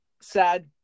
sad